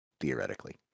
theoretically